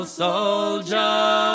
soldier